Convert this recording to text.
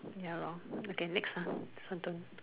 ya lor okay next ah sentence